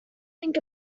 think